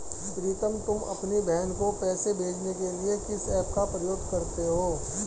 प्रीतम तुम अपनी बहन को पैसे भेजने के लिए किस ऐप का प्रयोग करते हो?